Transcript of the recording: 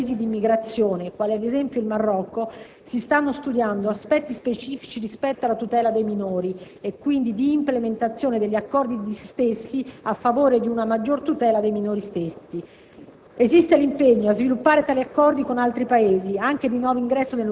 Nell'ambito inoltre degli accordi vigenti con alcuni Paesi di immigrazione, quali ad esempio il Marocco, si stanno studiando aspetti specifici rispetto alla tutela dei minori e quindi di implementazione degli accordi stessi a favore di una maggiore tutela dei minori stessi.